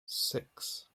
six